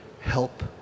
help